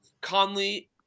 conley